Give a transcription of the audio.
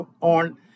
on